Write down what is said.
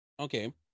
Okay